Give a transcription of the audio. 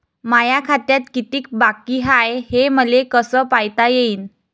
माया खात्यात कितीक बाकी हाय, हे मले कस पायता येईन?